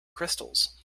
crystals